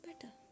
better